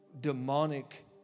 demonic